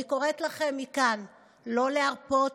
אני קוראת לכם מכאן לא להרפות,